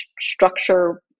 structure